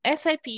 Sip